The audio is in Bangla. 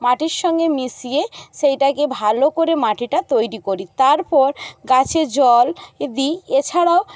মাটির সঙ্গে মিশিয়ে সেইটাকে ভালো করে মাটিটা তৈরি করি তারপর গাছে জল দিই এছাড়াও